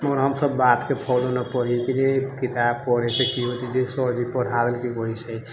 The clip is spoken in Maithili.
मगर हमसब बातके फॉलो नहि पहिले कयलियै किताब पढ़ैसेँ की होतै जे सरजी पढ़ा देलकै वही सही